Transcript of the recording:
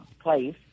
place